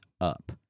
up